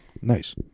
nice